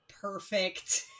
perfect